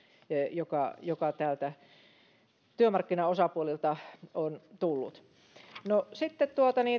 joka joka työmarkkinaosapuolilta on tullut sitten